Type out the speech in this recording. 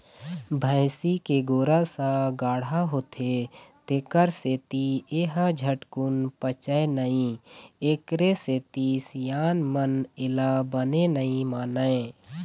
भइसी के गोरस ह गाड़हा होथे तेखर सेती ए ह झटकून पचय नई एखरे सेती सियान मन एला बने नइ मानय